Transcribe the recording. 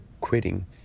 quitting